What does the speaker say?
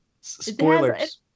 Spoilers